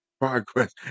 progress